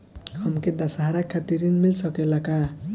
हमके दशहारा खातिर ऋण मिल सकेला का?